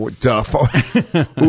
Duff